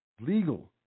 Legal